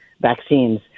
vaccines